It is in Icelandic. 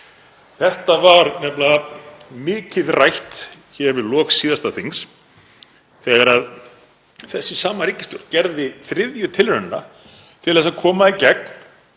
Þetta var nefnilega mikið rætt hér við lok síðasta þings þegar þessi sama ríkisstjórn gerði þriðju tilraunina til að koma í gegn